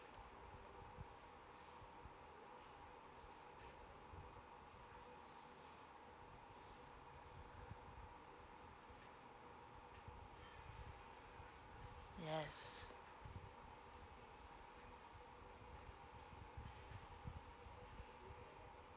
yes